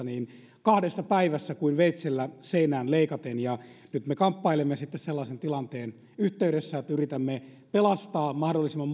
niin kahdessa päivässä kuin veitsellä leikaten nyt me kamppailemme sitten sellaisen tilanteen yhteydessä että yritämme pelastaa mahdollisimman